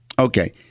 Okay